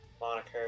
moniker